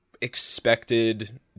expected